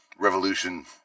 revolution